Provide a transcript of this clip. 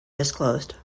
disclosed